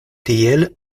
tiel